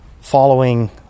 Following